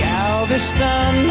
Galveston